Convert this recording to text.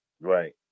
Right